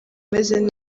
umeze